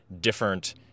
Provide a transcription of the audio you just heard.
different